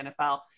NFL